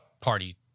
party